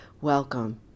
Welcome